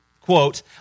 quote